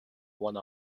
one